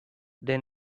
the